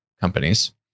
companies